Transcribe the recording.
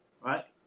right